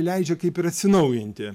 leidžia kaip ir atsinaujinti